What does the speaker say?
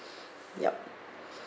ya